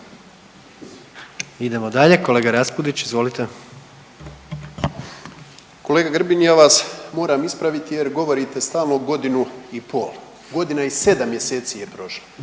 Idemo dalje, kolega Raspudić izvolite. **Raspudić, Nino (MOST)** Kolega ja vas moram ispraviti jer govorite stalno godinu i pol, godina i 7 mjeseci je prošlo.